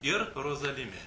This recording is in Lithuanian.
ir rozalime